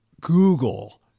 Google